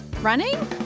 Running